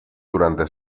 durante